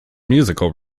musical